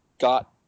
got